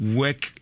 work